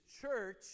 church